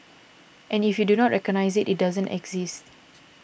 and if you do not recognise it it doesn't exist